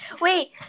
Wait